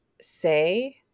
say